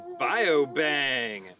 BioBang